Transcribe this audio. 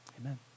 Amen